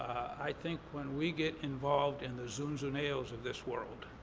i think when we get involved in the zunzuneos of this world,